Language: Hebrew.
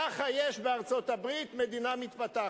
ככה יש בארצות-הברית, מדינה מתפתחת.